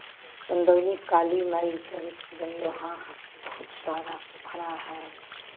चंदौनी काली माई तरफ गए वहाँ बहुत सारा पोखरा है